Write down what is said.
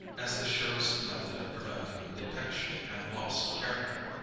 as the surest method of preventing detection and loss of character.